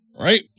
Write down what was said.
right